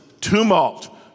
tumult